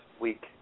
week